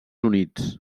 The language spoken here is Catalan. units